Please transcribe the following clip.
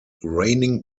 raining